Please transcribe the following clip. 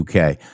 UK